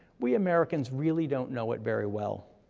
we americans really don't know it very well.